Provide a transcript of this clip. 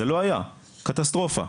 קטסטרופה.